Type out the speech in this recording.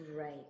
Right